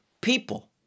people